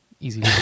Easy